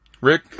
Rick